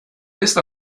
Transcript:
ist